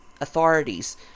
authorities